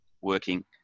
working